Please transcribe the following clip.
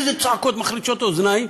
איזה צעקות מחרישות אוזניים